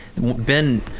Ben